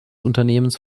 unternehmens